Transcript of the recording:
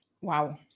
Wow